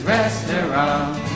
Restaurant